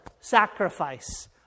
sacrifice